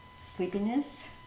sleepiness